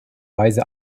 weise